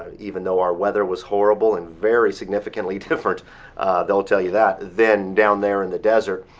even though our weather was horrible and very significantly different they'll tell you that than down there in the desert.